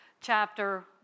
chapter